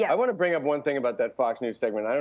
yeah i want to bring up one thing about that fox news segment.